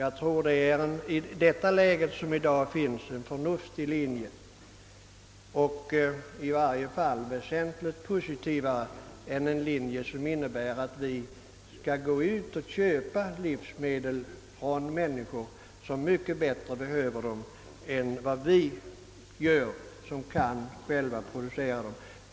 I dagens läge tror jag att det är en förnuftig linje och i varje fall väsentligt mera positiv än en linje som innebär, att vi utifrån skall köpa livsmedel från människor som behöver dem mycket bättre än vi, som själva kan producera dem.